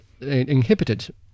inhibited